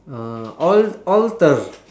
uh al~ alter